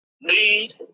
need